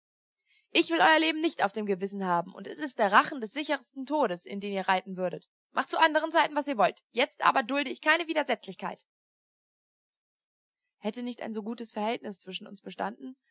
ich will euer leben nicht auf dem gewissen haben und es ist der rachen des sichersten todes in den ihr reiten würdet macht zu andern zeiten was ihr wollt jetzt aber dulde ich keine widersetzlichkeit hätte nicht ein so gutes verhältnis zwischen uns bestanden